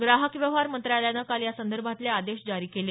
ग्राहक व्यवहार मंत्रालयानं काल यासंदर्भातले आदेश जारी केले